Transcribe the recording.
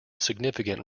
significant